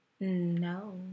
no